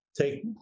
take